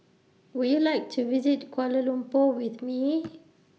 Would YOU like to visit Kuala Lumpur with Me